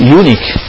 unique